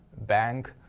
bank